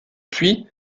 puis